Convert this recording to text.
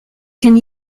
can